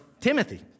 Timothy